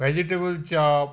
vegetable chop